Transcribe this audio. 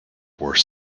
were